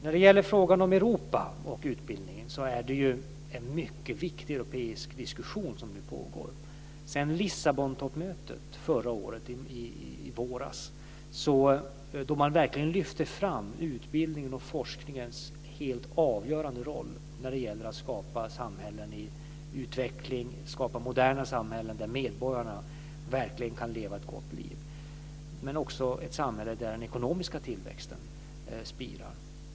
När det gäller frågan om Europa och utbildning är det en mycket viktig europeisk diskussion som nu pågår. På Lissabontoppmötet under våren förra året lyfte man verkligen fram utbildningens och forskningens helt avgörande roll när det gäller att skapa samhällen i utveckling, moderna samhällen där medborgarna kan leva ett gott liv, samhällen där den ekonomiska tillväxten spirar.